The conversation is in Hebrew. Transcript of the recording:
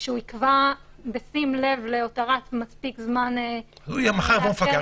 שהוא יקבע בשים לב להותרת זמן מספיק לאפשר --- מחר יבוא מפקח,